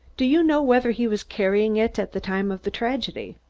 do you know whether he was carrying it at the time of the tragedy?